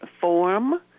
form